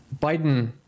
Biden